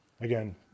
Again